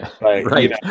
Right